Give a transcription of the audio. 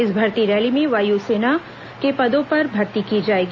इस भर्ती रैली में वायु सेना सुरक्षा के पदों पर भर्ती की जाएगी